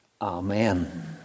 Amen